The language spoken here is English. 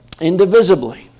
indivisibly